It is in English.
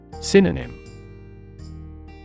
Synonym